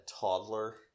toddler